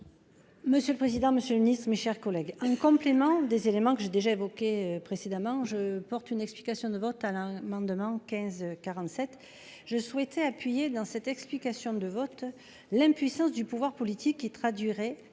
Monsieur le président, Monsieur le Ministre, mes chers collègues, en complément des éléments que j'ai déjà évoqué précédemment, je porte une explication de vote à l'. Demain 15, 47. Je souhaitais appuyé dans cette explication de vote l'impuissance du pouvoir politique qui traduirait